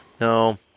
no